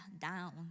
down